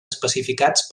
especificats